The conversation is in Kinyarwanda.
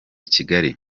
kigali